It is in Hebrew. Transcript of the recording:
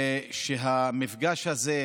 המפגש הזה,